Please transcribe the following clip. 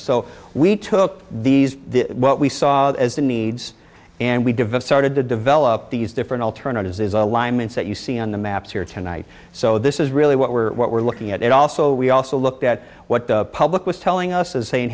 so we took these what we saw as the needs and we devote started to develop these different alternatives is alignments that you see on the maps here tonight so this is really what we're what we're looking at and also we also looked at what the public was telling us as saying